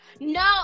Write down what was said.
No